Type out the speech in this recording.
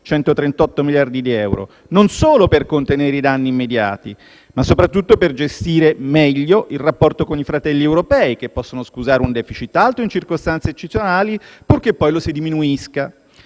(138 miliardi di euro), non solo per contenere i danni immediati, ma soprattutto per gestire meglio il rapporto con i fratelli europei, che possono scusare un *deficit* alto in circostanze eccezionali, purché poi lo si diminuisca?